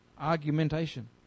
Argumentation